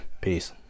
Peace